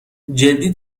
جدی